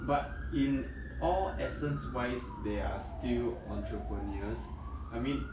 but in all essence wise there are still entrepreneurs I mean